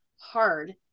hard